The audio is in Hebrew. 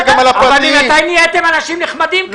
המדינה צריכה --- אבל ממתי נהייתם אנשים נחמדים כאלה,